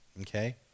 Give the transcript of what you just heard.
okay